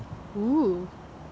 oh